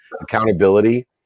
Accountability